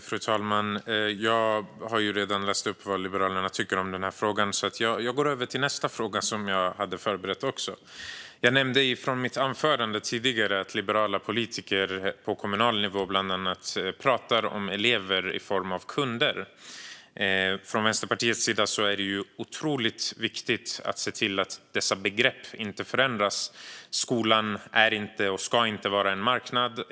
Fru talman! Jag har redan läst upp vad Liberalerna tycker i denna fråga, så jag går över till nästa fråga som jag har förberett. Jag nämnde i mitt anförande tidigare att liberala politiker på kommunal nivå, bland annat, pratar om elever i form av kunder. Från Vänsterpartiets sida är det otroligt viktigt att se till att begreppen inte förändras. Skolan är inte och ska inte vara en marknad.